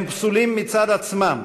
הם פסולים מצד עצמם,